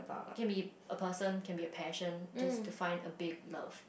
can be a person can be a passion just to find a big love